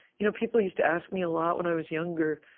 you know people used to ask me a lot, when i was younger,